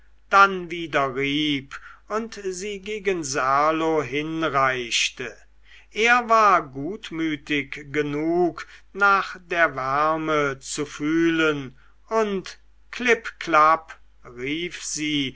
dann wieder rieb und sie gegen serlo hinreichte er war gutmütig genug nach der wärme zu fühlen und klipp klapp rief sie